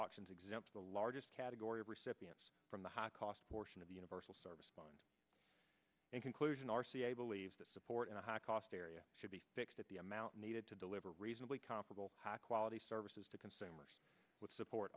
auctions exempt the largest category of recipients from the high cost portion of the universal service fund in conclusion r c a believes that supporting a high cost area should be fixed at the amount needed to deliver reasonably comparable high quality services to consumers with support